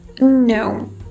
No